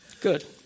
Good